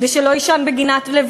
כדי שלא יישן בגינת-לוינסקי,